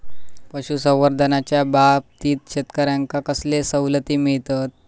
पशुसंवर्धनाच्याबाबतीत शेतकऱ्यांका कसले सवलती मिळतत?